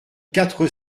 quatre